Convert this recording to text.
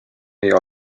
meie